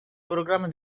programma